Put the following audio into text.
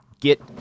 get